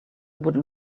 would